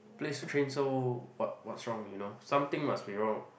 place train so what what's wrong you know something must be wrong